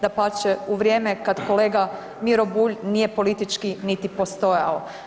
Dapače u vrijeme kada kolega Miro Bulj nije politički niti postojao.